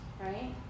right